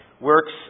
works